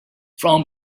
from